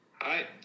Hi